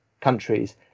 countries